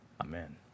Amen